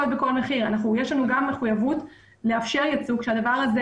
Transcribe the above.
יש לנו גם מחויבות לאפשר יצוא כשהדבר הזה